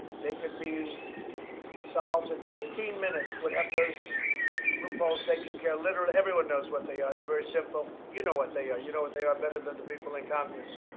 they could be solved in fifteen minutes would have those loopholes taken care. literally everyone knows what they are they're very simple. you know what they are. you know what they are better than the people in congress.